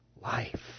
life